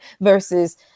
versus